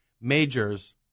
majors